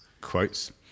Quotes